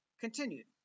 continued